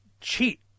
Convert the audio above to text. cheat